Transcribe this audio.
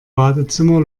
badezimmer